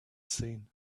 seen